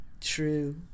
True